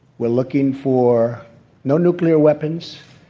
we're looking for no nuclear weapons,